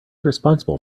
responsible